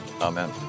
Amen